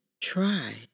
try